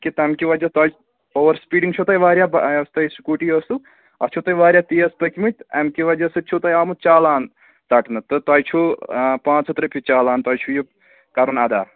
کہِ تَمہِ کہِ وجہ تۄہہِ اوٚور سُپیٖڈِنٛگ چھَو تۄہہِ واریاہ یۄس تۄہہِ سِکوٗٹی ٲسوٕ اَتھ چھُو تۄہہِ واریاہ تیز پٔکۍمٕتۍ اَمہِ کہِ وجہ سۭتۍ چھُو تۄہہِ آمُت چالان ژَٹنہٕ تہٕ تۄہہِ چھُو پانٛژھ ہَتھ رۄپیہِ چالان تۄہہِ چھُو یہِ کَرُن اَدا